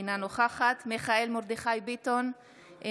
אינה נוכחת מיכאל מרדכי ביטון,